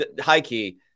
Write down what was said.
high-key